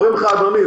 אומרים לך: אדוני,